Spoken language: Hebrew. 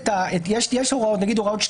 יש למבקר המדינה תפקיד בהקשרים האלה,